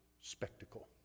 spectacle